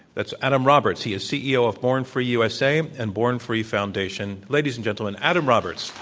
that's adam roberts. he is ceo of born free usa and born free foundation. ladies and gentlemen, adam roberts.